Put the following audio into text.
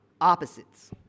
opposites